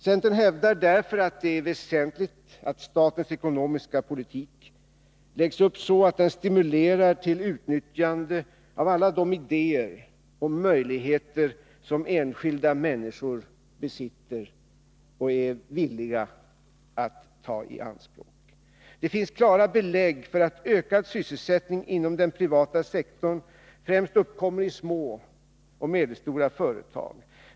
Centern menar därför att det är väsentligt att statens ekonomiska politik läggs upp så att den stimulerar till utnyttjande av alla de idéer och möjligheter som enskilda människor besitter och är villiga att ta i anspråk. Det finns klara belägg för att ökad sysselsättning inom den privata sektorn främst uppkommer i små och medelstora företag.